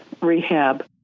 rehab